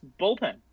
bullpen